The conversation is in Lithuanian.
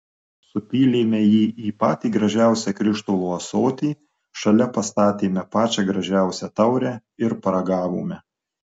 supylėme jį į patį gražiausią krištolo ąsotį šalia pastatėme pačią gražiausią taurę ir paragavome